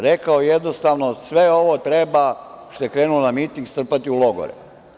Rekao je jednostavno - sve ovo treba, što je krenulo na miting, strpati u logore.